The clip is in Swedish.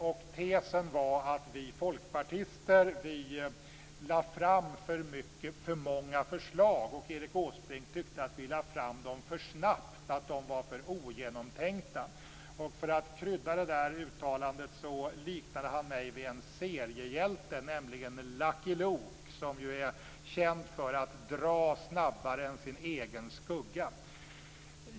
Den tes han drev var att vi folkpartister lade fram för många förslag, och Erik Åsbrink tyckte att vi lade fram dem för snabbt och att de var ogenomtänkta. För att krydda uttalandet liknade han mig vid en seriehjälte, nämligen Lucky Luke - känd för att dra snabbare än sin egen skugga.